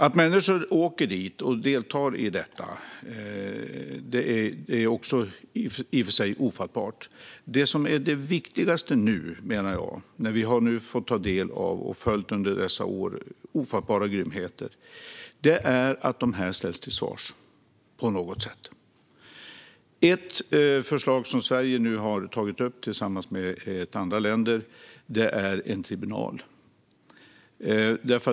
Att människor åker dit och deltar i detta är i sig ofattbart, men det viktigaste nu när vi fått ta del av dessa ofattbara grymheter är att dessa människor ställs till svars på något sätt. Ett förslag som Sverige har tagit upp tillsammans med andra länder är en tribunal.